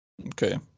Okay